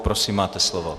Prosím, máte slovo.